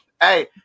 Hey